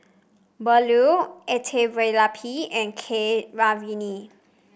Bellur Elattuvalapil and Keeravani